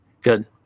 good